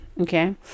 Okay